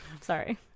Sorry